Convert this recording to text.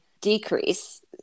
decrease